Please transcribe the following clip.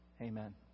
Amen